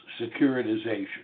securitization